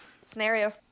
Scenario